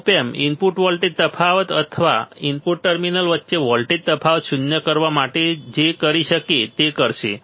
આ op amp input voltage તફાવત અથવા ઇનપુટ ટર્મિનલ્સ વચ્ચે વોલ્ટેજ તફાવત શૂન્ય કરવા માટે જે કરી શકે તે કરશે